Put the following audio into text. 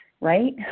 right